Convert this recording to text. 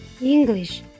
English